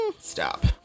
stop